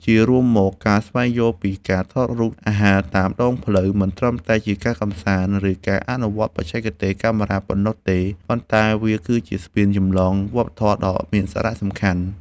ជារួមមក ការស្វែងយល់ពីការថតរូបអាហារតាមដងផ្លូវ មិនត្រឹមតែជាការកម្សាន្ត ឬការអនុវត្តបច្ចេកទេសកាមេរ៉ាប៉ុណ្ណោះទេ ប៉ុន្តែវាគឺជាស្ពានចម្លងវប្បធម៌ដ៏មានសារៈសំខាន់។